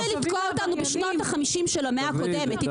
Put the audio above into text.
לתקוע אותנו בשנות ה-50 של המאה הקודמת,